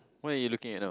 what are you looking at now